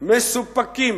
מסופקים